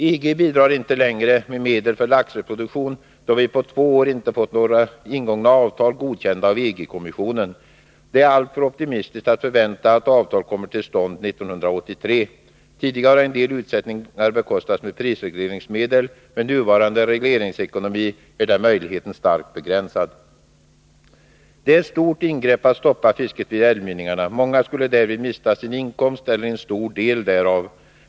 EG bidrar inte längre med medel för laxreproduktion då vi på två år inte fått ingångna avtal godkända av EG-kommissionen. Det är alltför optimistiskt att förvänta att avtal kommer till stånd 1983. Tidigare har en del utsättningar bekostats med prisregleringsmedel. Med nuvarande regleringsekonomi är den möjligheten starkt begränsad. Det är ett stort ingrepp att stoppa fisket vid älvmynningarna. Många skulle därvid mista sin inkomst eller en stor del därav.